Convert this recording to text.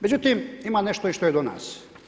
Međutim, ima nešto i što je do nas.